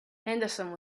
henderson